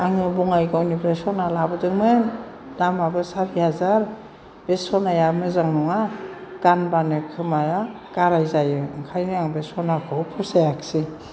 आङो बङाइगावनिफ्राय सना लाबोदोंमोन दामाबो सारि हाजार बे सनाया मोजां नङा गानबानो खोमाया गाराय जायो ओंखायनो आं बे सनाखौ फसायाखिसै